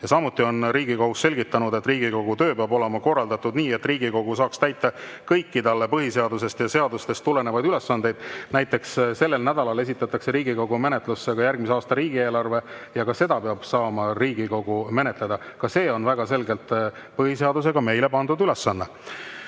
Samuti on Riigikohus selgitanud, et Riigikogu töö peab olema korraldatud nii, et Riigikogu saaks täita kõiki talle põhiseadusest ja seadustest tulenevaid ülesandeid. Näiteks sellel nädalal esitatakse Riigikogu menetlusse järgmise aasta riigieelarve ja ka seda peab saama Riigikogu menetleda. Ka see on väga selgelt põhiseadusega meile pandud ülesanne.